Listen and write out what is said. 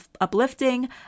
uplifting